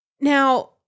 Now-